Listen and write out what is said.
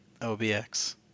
OBX